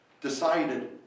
decided